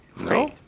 No